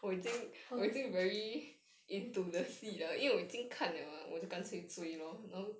很